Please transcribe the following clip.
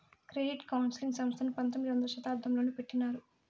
credit counselling సంస్థను పంతొమ్మిదవ శతాబ్దంలోనే పెట్టినారు